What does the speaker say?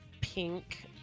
pink